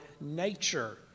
nature